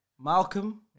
Malcolm